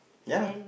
ya